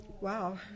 Wow